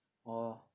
orh